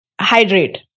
hydrate